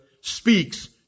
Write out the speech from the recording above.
speaks